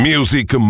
Music